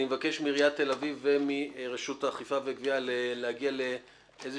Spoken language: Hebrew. אני מבקש מעיריית תל אביב ומרשות האכיפה והגבייה להגיע לניתוח